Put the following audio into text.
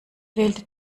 wählte